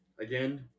Again